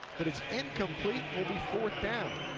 but it's incomplete. will be fourth down.